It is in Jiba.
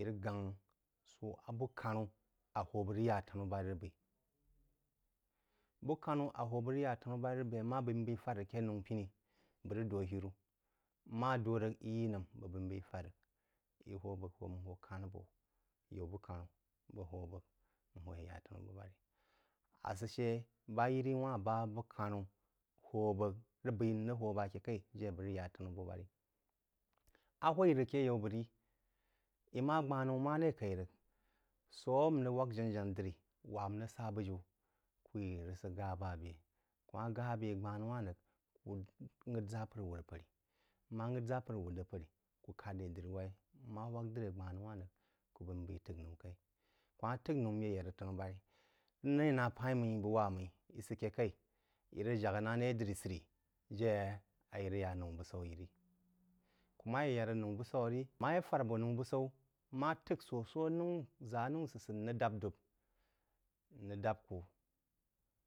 Í rəg gáng sō a bəg kanoūə hō bəg rəg yá á tanu-bu-barí rəg b’eí, bəg kanoū a hō bəg rəg yá á tanu-bəg-barí má b’eí yeí fād rəg akē nōú-piní, bəg rəg dwūo hitú n ma dwō rəg, í yi nəm bəg b’əg b’əi n b’əi fād rəg, ī hō bəg n hō kānə abo yaū bō kāboū, bəg hō bəg n hō bəg hō yé yā bō tanu-bu-barí. Asə shə ba yiri-yiri wa hn ba bəg karoū hō bəg rəg b’aī n rəg hō bəg akī kaī jé bəg rəg ya á tanu-bəg-barí. Á hwaī rəg aké yaú bəg rí, í má gbánnoú maré kaí rəg, sō n rəg wak jana-janá diri, wa-mmí rəg sá bújiu̍, ku yí yé rəg sə gá bá bé, kú má gá bé gbaníva rəg, kū ngh’ə ʒapər wūr pərí, n ma ngh’ə ʒapər wūd rəg pārí, kú kād ré dīri-wak-ī, n ma wāk diri gbánūwá rəg, ku b’aí n b’aī t’əgh noū kaī, kú ma t’əgh noū n ye yād rəg tanu-bu-barí-rəg nii na pa-í mmí bəg wa-mmí, i sə ké kaí, í rəg jak na ré dirí sərí jé ī rəg yà nóū bəg-saú yí rí. Kú má yé yād rəg abō noū bəg-saù yí rí. Kú má yé yād rəg abō noū būsaú rí. Kú má yé fād abō noū būsaú, n ma t’ək sō, sō anaū, sō ʒai anaú sə səd n rəg dāp dūp n rəg dāpku,